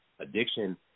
Addiction